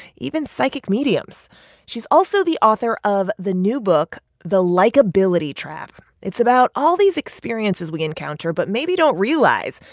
even psychic mediums she's also the author of the new book the likeability trap. it's about all these experiences we encounter but maybe don't realize,